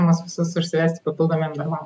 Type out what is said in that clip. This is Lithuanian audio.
mus visus užsivesti papildomiem darbam